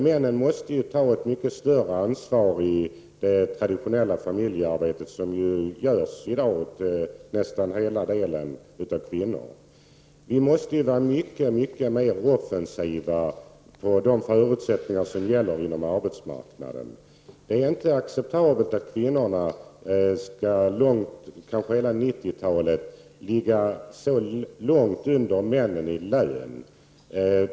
Männen måste ta ett mycket större ansvar i det traditionella familjearbetet. Vi måste arbeta mycket mer offensivt med de förutsättningar som gäller inom arbetsmarknaden. Det är inte acceptabelt att kvinnorna under kanske hela 90-talet skall ligga så långt under männen i lön.